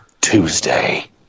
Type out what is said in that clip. Tuesday